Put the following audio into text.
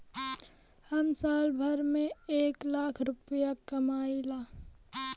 हम साल भर में एक लाख रूपया कमाई ला